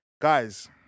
Guys